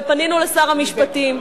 ופנינו לשר המשפטים,